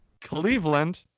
Cleveland